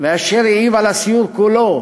ואשר העיב על הסיור כולו,